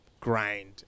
grind